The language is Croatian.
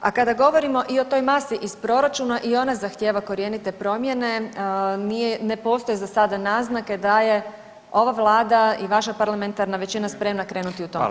A kada govorimo i o toj masi iz proračuna i ona zahtjeva korjenite promjene, ne postoje za sada naznake da je ova vlada i vaša parlamentarna većina spremna krenuti u tom pravcu.